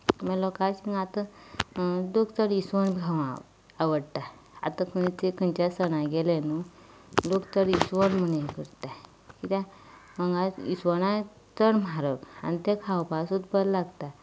मागीर लोकांचे आतां लोक चड इसवण खावंक आवडटा आतां खंय ते खंयच्या सणा गेले न्हय लोक चड इसवण म्हण हें करतात किद्याक हांगा इसवण चड म्हारग आनी ते खावपा सुद्दा बरें लागता